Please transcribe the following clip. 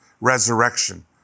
resurrection